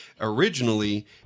Originally